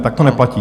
Tak to neplatí?